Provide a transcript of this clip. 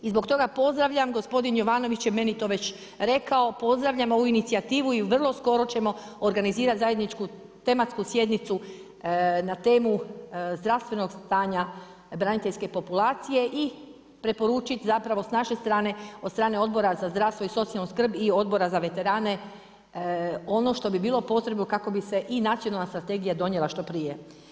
I zbog toga pozdravljam, gospodin Jovanović je meni to već rekao, pozdravljam ovu inicijativu i vrlo skoro ćemo organizirati zajedničku tematsku sjednicu, na temu zdravstvenog stanja braniteljske populacije i preporučiti zapravo s naše strane od strane Odbora za zdravstvo i socijalnu skrb i Odbora za veterane, ono što bi bilo potrebno kako bi se i nacionalna strategija donijela što prije.